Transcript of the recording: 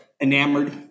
enamored